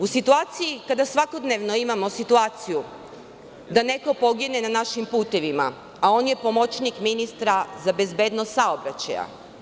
U situaciji kada svakodnevno imamo situaciju da neko pogine na našim putevima, a on je pomoćnik ministra za bezbednost saobraćaja.